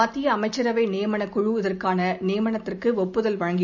மத்திய அமைச்சரவை நியமனக் குழு இதற்கான நியமனத்திற்கு ஒப்புதல் அளித்துள்ளது